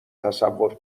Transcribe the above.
تصور